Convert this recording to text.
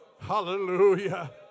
hallelujah